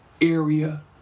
area